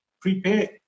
Prepare